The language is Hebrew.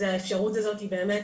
האפשרות הזאתי באמת